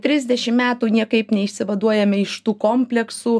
trisdešim metų niekaip neišsivaduojame iš tų kompleksų